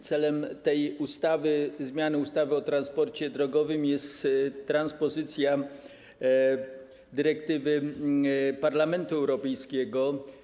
Celem tej zmiany ustawy o transporcie drogowym jest transpozycja dyrektywy Parlamentu Europejskiego.